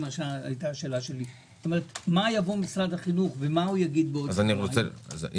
השאלה שלי - מה יבוא משרד החינוך ומה יגיד עוד שבועיים?